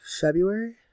February